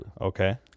Okay